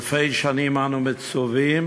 אלפי שנים אנו מצווים